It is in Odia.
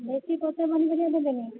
ବେଶୀ ପଇସା ପନିପରିବା ଦେବେନି